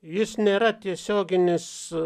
jis nėra tiesioginis